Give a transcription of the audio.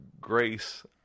grace